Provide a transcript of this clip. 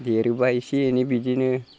देरोब्ला एसे एनै बिदिनो